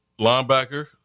Linebacker